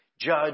Judge